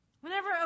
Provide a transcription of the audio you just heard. Whenever